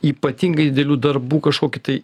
ypatingai darbų kažkokį tai